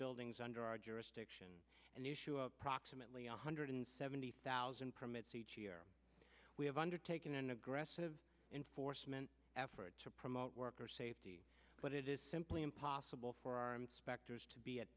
buildings under our jurisdiction an issue of approximately one hundred seventy thousand permits each year we have undertaken an aggressive enforcement effort to promote worker safety but it is simply impossible for arm specters to be at